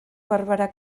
barbara